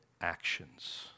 actions